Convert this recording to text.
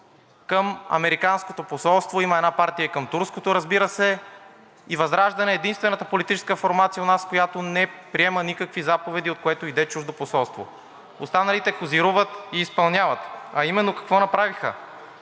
към американското посолство, има една партия – към турското, разбира се, и ВЪЗРАЖДАНЕ е единствената политическа формация у нас, която не приема никакви заповеди от което и да е чуждо посолство. Останалите козируват и изпълняват, а именно какво направиха?